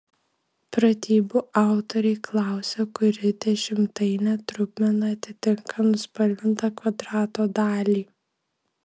pratybų autoriai klausia kuri dešimtainė trupmena atitinka nuspalvintą kvadrato dalį